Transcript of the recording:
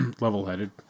level-headed